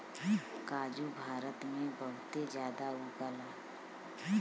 काजू भारत में बहुते जादा उगला